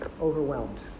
overwhelmed